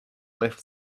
left